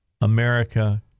America